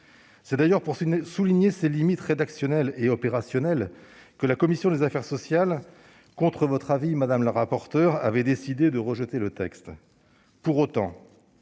C'est d'ailleurs pour souligner ces limites rédactionnelles et opérationnelles que la commission des affaires sociales, contre votre avis, madame la rapporteure, avait décidé de rejeter la